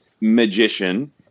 magician